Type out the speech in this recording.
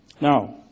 Now